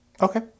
Okay